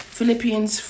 Philippians